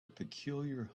peculiar